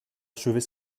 achever